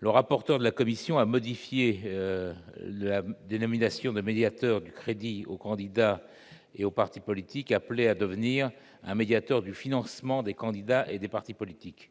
le rapporteur, la commission a modifié la dénomination de « médiateur du crédit aux candidats et aux partis politiques » en « médiateur du financement des candidats et des partis politiques ».